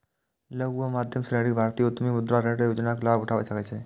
लघु आ मध्यम श्रेणीक भारतीय उद्यमी मुद्रा ऋण योजनाक लाभ उठा सकै छै